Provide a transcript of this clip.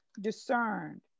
discerned